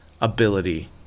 ability